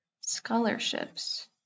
scholarships